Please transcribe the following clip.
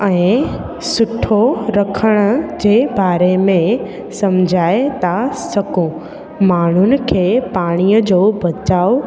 ऐं सुठो रखण जे बारे में सम्झाए था सघूं माण्हुनि खे पाणीअ जो बचाव